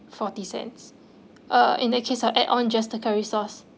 forty cents uh in that case I add on just the curry sauce